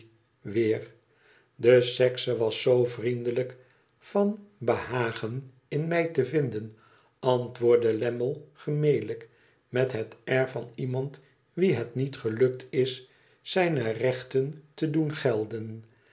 weer ide sekse was zoo vriendelijk van behagen m mij te vinden antwoordde lammie gemelijk met het air van iemand wien het niet gelukt is zijne rechten te doen gelden